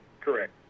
Correct